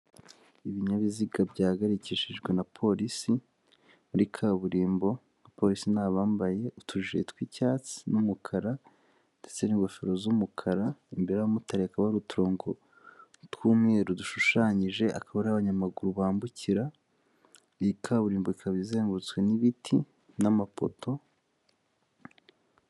Ibinyabiziga byahagarikishijwe na polisi muri kaburimbo abapolisi ni abambaye utujiri tw'icyatsi n'umukara ndetse n'ingofero z'umukara, imbere y'abamotari hakaba hari uturongo tw'umweru dushushanyije, akaba ari ho abanyamaguru bambukira, iyi kaburimbo ikaba izengurutswe n'ibiti n'amapoto.